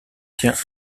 tient